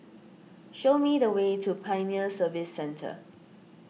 show me the way to Pioneer Service Centre